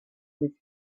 was